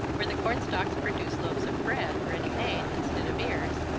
where the cornstalks produced loaves of bread, ready-made, instead of ears,